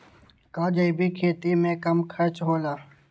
का जैविक खेती में कम खर्च होला?